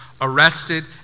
arrested